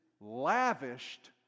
lavished